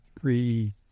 three